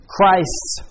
Christ's